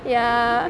ya